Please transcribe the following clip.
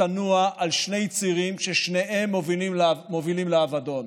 ותנוע על שני צירים ששניהם מובילים לאבדון: